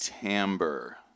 Timbre